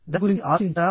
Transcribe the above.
దాని గురించి ఆలోచించారా